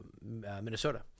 Minnesota